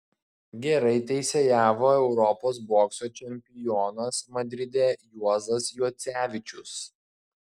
gerai teisėjavo europos bokso čempionas madride juozas juocevičius